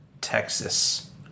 Texas